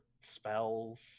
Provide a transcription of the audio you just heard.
spells